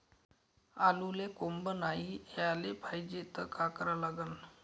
आलूले कोंब नाई याले पायजे त का करा लागन?